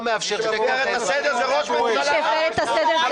אתה תתבייש שאתה אומר לו את זה, הוא